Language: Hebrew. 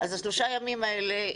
אז השלושה הימים האלה,